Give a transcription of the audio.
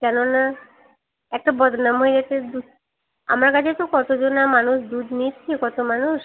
কেননা একটা বদনাম হয়ে গেছে দুধ আমার কাছে তো কত জনা মানুষ দুধ নিচ্ছে কত মানুষ